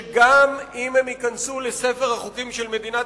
שאם הם ייכנסו לספר החוקים של מדינת